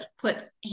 puts